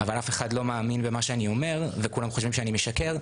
אבל אף אחד לא מאמין למה שאני אומר וכולם חושבים שאני משקר,